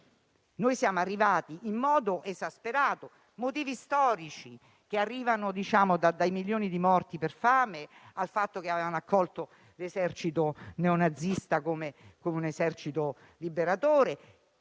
Ci siamo arrivati in modo esasperato: ci sono motivi storici, a partire dai milioni di morti per fame, al fatto che in Ucraina avevano accolto l'esercito neonazista come un esercito liberatore.